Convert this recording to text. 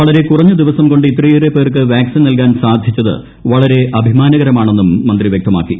വളരെ കുറഞ്ഞ ദിവസം കൊണ്ട് ഇത്രയേറെ പേർക്ക് വാക്സിൻ നൽകാൻ സാധിച്ചത് വളരെ അഭിമാനകരമാണെന്നും മന്ത്രി വൃക്തമാക്കി